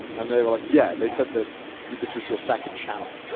and they were like, yeah. they said that this was your second channel.